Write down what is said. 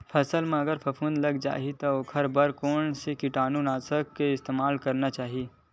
फसल म अगर फफूंद लग जा ही ओखर बर कोन से कीटानु नाशक के इस्तेमाल करना चाहि?